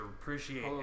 appreciate